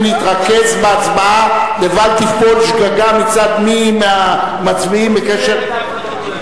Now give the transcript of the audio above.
להתרכז בהצבעה לבל תיפול שגגה מצד מי מהמצביעים בקשר,